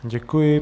Děkuji.